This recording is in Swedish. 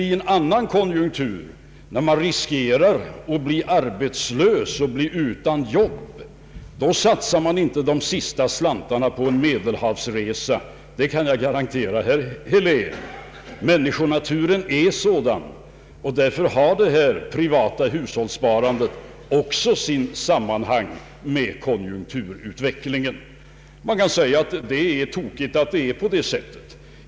I en annan konjunktur, när man riskerar att bli arbetslös, satsar man inte de sista slantarna på en Medelhavsresa, det kan jag garantera herr Helén. Människonaturen är sådan, och därför har det privata hushållssparandet också sitt sammanhang med konjunkturutvecklingen. Man kan säga att det är tokigt att det är på detta sätt.